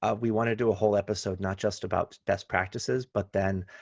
ah we want to do a whole episode not just about best practices, but then